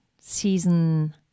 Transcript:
season